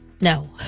No